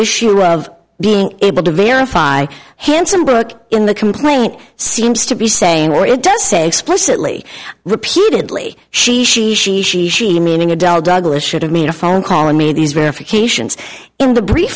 issue of being able to verify hanson book in the complaint seems to be saying or it does say explicitly repeatedly she she she she she meaning adele douglas should have made a phone call and made these verifications in the brief